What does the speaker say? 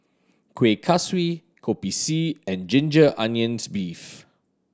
Kuih Kaswi Kopi C and ginger onions beef